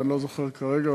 אני לא זוכר כרגע,